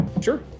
Sure